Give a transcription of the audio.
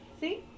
See